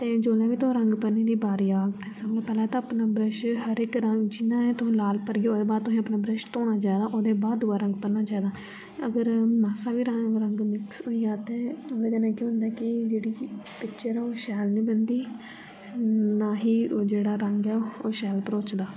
ते जेल्लै बी तुस रंग भरने दी बारी औग तां शारे शां पैह्ले तो अपना ब्रश हर एक रंग जिन्ना ऐ तो लाल भरगे ओ ओह्दे बाद तुसें अपना ब्रश धोना चाहिदा ओह्दे बाद दूआ रंग भरना चाहिदा अगर मासा बी रंग बरंग मिक्स होई जा ते ओह्दे कन्नै केह् होन्दा ऐ के जेह्ड़ी पिक्चर ऐ ओह् शैल नीं बनदी ना ही जेह्ड़ा ऐ ओह् रंग ऐ ओह् शैल भरोचदा